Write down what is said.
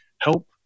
help